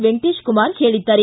ವೆಂಕಟೇಶ ಕುಮಾರ್ ಹೇಳಿದ್ದಾರೆ